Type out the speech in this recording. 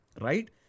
right